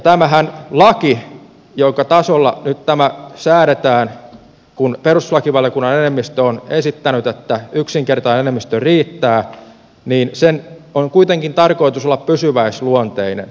tämän lain jonka tasolla tämä nyt säädetään kun perustuslakivaliokunnan enemmistö on esittänyt että yksinkertainen enemmistö riittää on kuitenkin tarkoitus olla pysyväisluonteinen